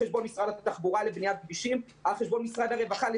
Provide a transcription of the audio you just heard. כולם יודעים שאנחנו בתקציב המשכי.